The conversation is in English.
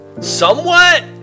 somewhat